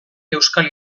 euskal